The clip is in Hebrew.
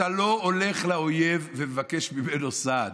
אתה לא הולך לאויב ומבקש ממנו סעד.